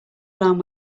alarm